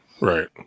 Right